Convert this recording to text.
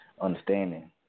understanding